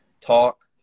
talk